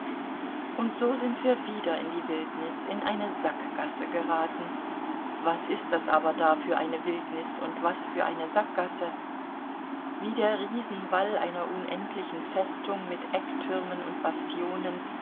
und so sind wir wieder in die wildnis in eine sackgasse geraten was ist das aber da für eine wildnis und was für eine sackgasse wie der riesenwall einer unendlichen festung mit ecktürmen und bastionen